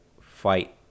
fight